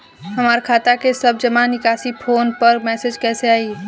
हमार खाता के सब जमा निकासी फोन पर मैसेज कैसे आई?